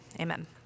amen